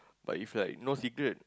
but if like no cigarette